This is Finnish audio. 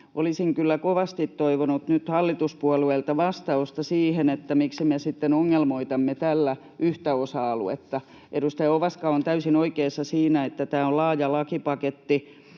kyllä kovasti toivonut nyt hallituspuolueilta vastausta siihen, miksi me sitten ongelmoitamme tällä yhtä osa-aluetta. Edustaja Ovaska on täysin oikeassa siinä, että tämä on laaja lakipaketti